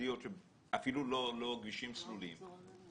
אין בהן כבישים סלולים.